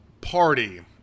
party